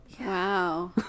Wow